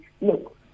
look